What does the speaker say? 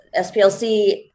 SPLC